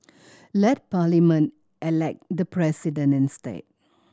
let Parliament elect the President instead